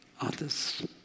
Others